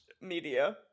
media